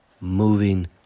moving